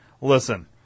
listen